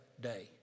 day